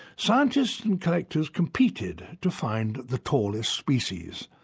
scientists and collectors competed to find the tallest species.